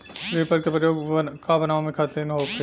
Reaper का प्रयोग का बनावे खातिन होखि?